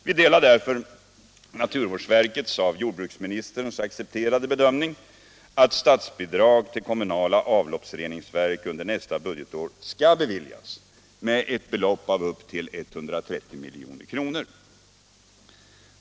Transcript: Vi delar därför naturvårdsverkets av jordbruksministern accepterade bedömning att statsbidrag till kommunala avloppsreningsverk under nästa budgetår skall beviljas med ett belopp av upp till 130 milj.kr.